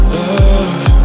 love